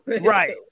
Right